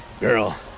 Girl